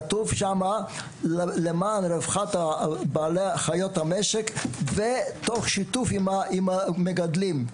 כתוב שם למען רווחת חיות המשק תוך שיתוף עם המגדלים.